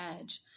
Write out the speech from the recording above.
edge